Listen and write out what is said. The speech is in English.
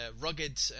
rugged